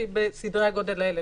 שהיא בסדרי הגודל האלה.